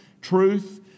truth